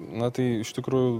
na tai iš tikrųjų